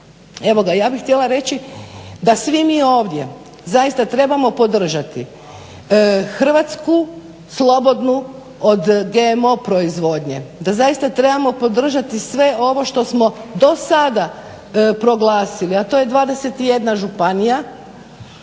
klastera. Ja bih htjela reći da svi mi ovdje zaista trebamo podržati Hrvatsku slobodnu od GMO proizvodnje, da zaista trebamo podržati sve ovo što smo do sada proglasili a to je 21 županija